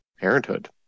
parenthood